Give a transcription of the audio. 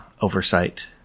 oversight